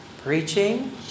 preaching